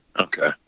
Okay